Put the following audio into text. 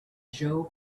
joe